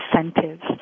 incentives